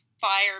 fire